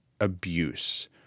abuse